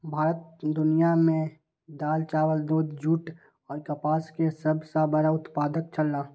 भारत दुनिया में दाल, चावल, दूध, जूट और कपास के सब सॉ बड़ा उत्पादक छला